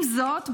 עם זאת,